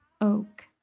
Oak